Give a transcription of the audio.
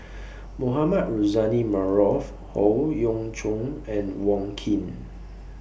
Mohamed Rozani Maarof Howe Yoon Chong and Wong Keen